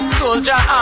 soldier